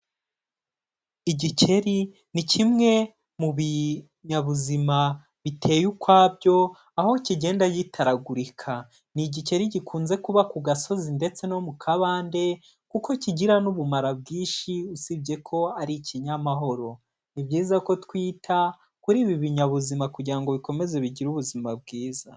Igikeri ni kimwe mu binyabuzima biteye ukwabyo aho kigenda gitaragurika, ni igikeri gikunze kuba ku gasozi ndetse no mu kabande kuko kigira n'ubumara bwinshi, usibye ko ari ikinyamahoro, ni byiza ko twita kuri ibi binyabuzima kugira ngo bikomeze bigire ubuzima bwiza.